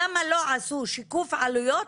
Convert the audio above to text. למה לא עשו שיקוף עלויות,